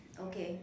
okay